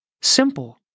Simple